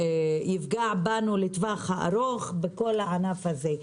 יפגע בנו לטווח ארוך בכל הענף הזה.